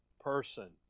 person